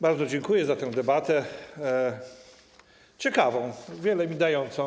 Bardzo dziękuję za tę debatę, ciekawą, wiele mi dającą.